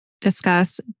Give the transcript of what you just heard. discuss